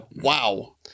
wow